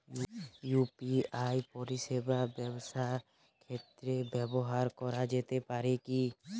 UPI পরিষেবা ব্যবসার ক্ষেত্রে ব্যবহার করা যেতে পারে কি?